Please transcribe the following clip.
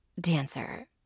dancer